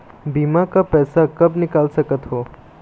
बीमा का पैसा कब निकाल सकत हो?